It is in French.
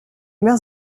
maires